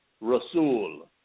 Rasul